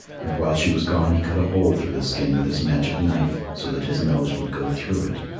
and while she was gone he cut a hole through the skin with his magic knife so that his nose would go through it.